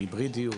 של היברידיות,